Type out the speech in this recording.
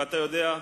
ואתה יודע,